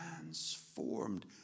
transformed